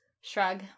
shrug